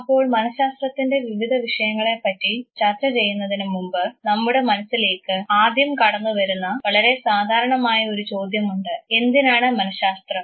അപ്പോൾ മനഃശാസ്ത്രത്തിൻറെ വിവിധ വിഷയങ്ങളെപ്പറ്റി ചർച്ച ചെയ്യുന്നതിനു മുമ്പ് നമ്മുടെ മനസ്സിലേക്ക് ആദ്യം കടന്നുവരുന്ന വളരെ സാധാരണമായ ഒരു ചോദ്യമുണ്ട് എന്തിനാണ് മനഃശാസ്ത്രം